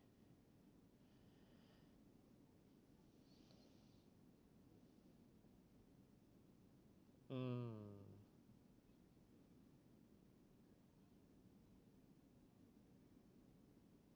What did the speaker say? mm